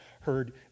heard